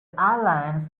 islands